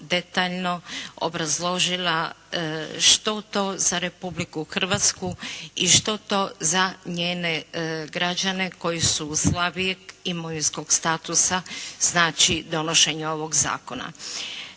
detaljno obrazložila što to za Republiku Hrvatsku i što to za njene građane koji su slabijeg imovinskog statusa znači donošenje ovog zakona.